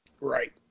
Right